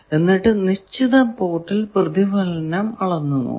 എന്നിട്ടു നിശ്ചിത പോർട്ടിൽ പ്രതിഫലനം അളന്നു നോക്കുന്നു